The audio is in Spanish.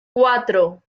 cuatro